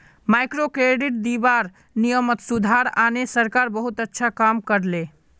microcredit दीबार नियमत सुधार आने सरकार बहुत अच्छा काम कर ले